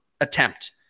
attempt